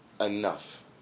enough